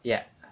ya